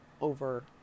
over